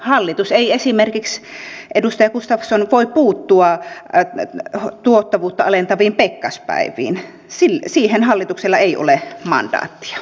hallitus ei esimerkiksi edustaja gustafsson voi puuttua tuottavuutta alentaviin pekkaspäiviin siihen hallituksella ei ole mandaattia